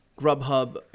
grubhub